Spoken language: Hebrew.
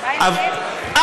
בעיסאוויה,